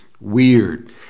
weird